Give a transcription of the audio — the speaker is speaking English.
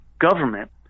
government